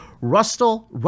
Russell